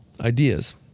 ideas